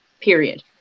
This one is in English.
period